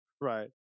right